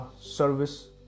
service